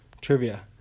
Trivia